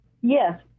Yes